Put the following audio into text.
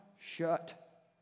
shut